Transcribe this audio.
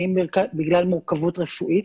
ואם בגלל מורכבות רפואית.